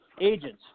agents